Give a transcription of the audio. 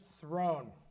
throne